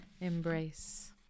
embrace